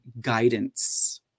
guidance